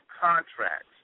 contracts